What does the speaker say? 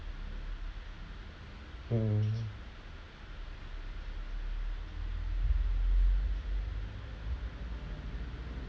mm